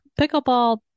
pickleball